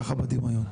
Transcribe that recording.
ככה בדמיון.